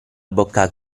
bocca